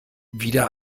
wieder